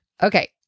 Okay